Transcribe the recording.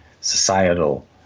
societal